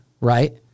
right